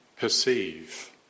perceive